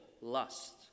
lust